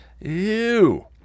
Ew